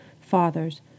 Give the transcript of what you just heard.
fathers